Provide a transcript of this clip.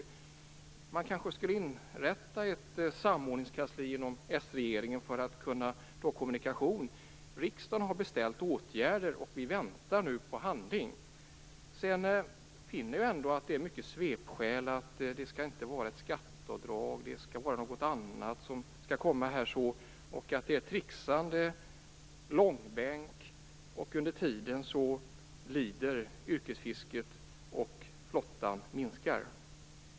Den socialdemokratiska regeringen kanske skulle inrätta ett samordningskansli för att få bättre kommunikation. Riksdagen har beställt åtgärder, och vi väntar nu på handling. Det har varit många svepskäl om att det inte skall vara något skatteavdrag utan någonting annat. Det är ett tricksande och ett dragande i långbänk. Under tiden lider yrkesfisket, och flottan minskar.